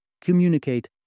communicate